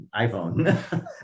iphone